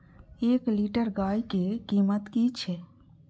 एक लीटर गाय के कीमत कि छै?